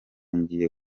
ngiye